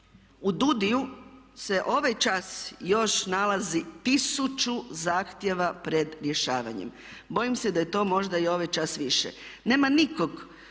DUUDI-ima se ovaj čas još nalazi tisuću zahtjeva pred rješavanjem. Bojim se da je to možda i ovaj čas više. Nema nikog